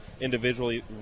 Individually